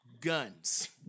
guns